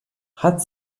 hat